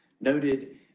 noted